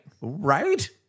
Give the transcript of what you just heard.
Right